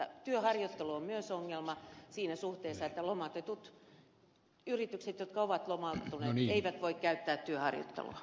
työharjoittelu on myös ongelma siinä suhteessa että yritykset jotka ovat lomauttaneet eivät voi käyttää työharjoittelua